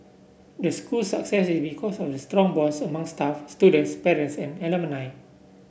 the school's success is because of the strong bonds among staff students parents and alumni